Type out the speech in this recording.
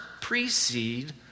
precede